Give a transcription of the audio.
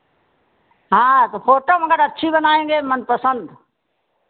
हाँ तो फ़ोटो मगर अच्छी बनाएँगे मनपसन्द